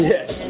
Yes